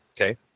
Okay